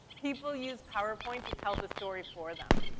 people use powerpoint to tell the story for them.